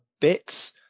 bits